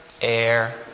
air